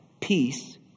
peace